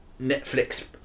Netflix